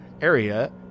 area